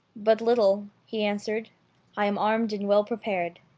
but little, he answered i am armed and well prepared.